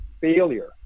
failure